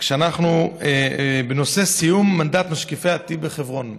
אנחנו בנושא סיום מנדט משקיפי טי"פ בחברון.